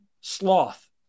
sloth